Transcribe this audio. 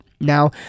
Now